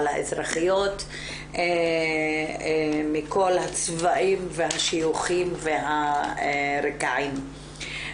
על האזרחיות מכל הצבעים והשיוכים והרקעים.